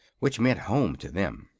which meant home to them.